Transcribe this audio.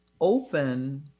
open